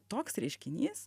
toks reiškinys